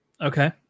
Okay